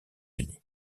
unis